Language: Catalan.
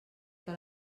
que